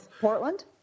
Portland